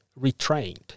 retrained